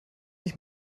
ich